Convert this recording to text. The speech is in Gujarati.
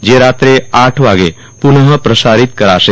જે રાત્રે આઠ વાગે પુનઃ પ્રસારિત કરાશે